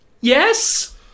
Yes